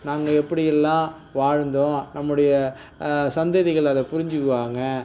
நாங்கள் எப்படி எல்லாம் வாழ்ந்தோம் நம்முடைய சந்ததிகள் அதை புரிஞ்சுக்குவாங்கள்